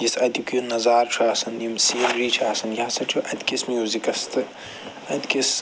یُس اَتیُک یہِ نظار چھُ آسان یِم سیٖنری چھِ آسان یہِ ہسا چھُ اَتۍکِس میوٗزِکَس تہٕ اَتۍکِس